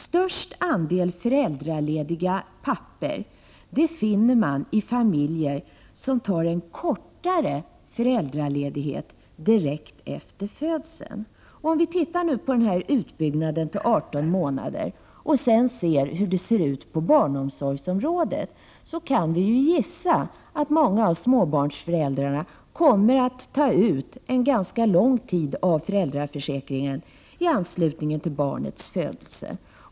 Största andelen föräldralediga pappor finner man i familjer som tar en kortare föräldraledighet direkt efter ett barns födelse. Om vi studerar utbyggnaden av föräldraförsäkringen — alltså att föräldrapenning kan utges i upp till 18 månader — och ser till förhållandena på barnomsorgsområdet, kan vi nog utgå från att många småbarnsföräldrar, i enlighet med föräldraförsäkringen, väljer att vara hemma under ganska lång tid i anslutning till ett barns födelse.